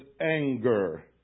anger